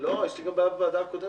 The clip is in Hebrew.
אבל יש לי בעיה גם בוועדה הקודמת.